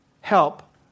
help